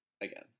again